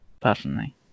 personally